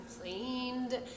complained